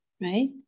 right